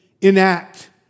enact